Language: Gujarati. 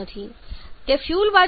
તે ફ્યુઅલ બાજુથી 0